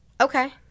Okay